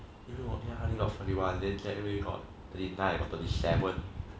eh no 翰林 got forty one then 健伟 got thirty nine I got thirty seven